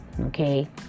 okay